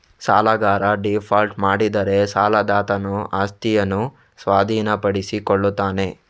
ಸಾಲಗಾರ ಡೀಫಾಲ್ಟ್ ಮಾಡಿದರೆ ಸಾಲದಾತನು ಆಸ್ತಿಯನ್ನು ಸ್ವಾಧೀನಪಡಿಸಿಕೊಳ್ಳುತ್ತಾನೆ